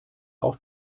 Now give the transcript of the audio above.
auf